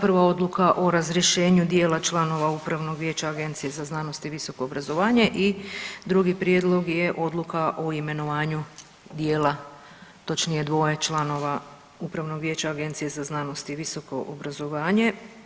Prva odluka o razrješenju dijela članova upravnog vijeća Agencije za znanost i visoko obrazovanje i drugi prijedlog je odluka o imenovanju dijela, točnije dvoje članova upravnog vijeća Agencije za znanost i visoko obrazovanje.